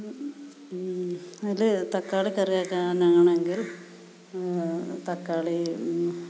അതിൽ തക്കാളിക്കറി വെക്കാനാണെങ്കിൽ തക്കാളി